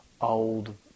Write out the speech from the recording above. old